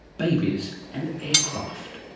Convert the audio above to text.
babies and aircraft?